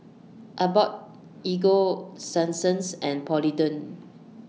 Abbott Ego Sunsense and Polident